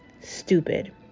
stupid